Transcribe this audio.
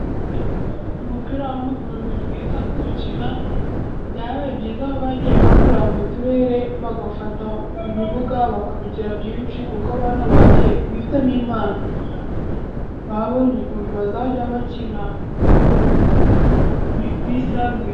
Umupira w'amaguru ni mwiza kuwukina. Byababaye byiza aho bagiye bagurira mu turere bagafata ibibuga bakabigira byinshi, kuko abana bifitemo impano babonye ukuntu bazajya bakina bisanzuye.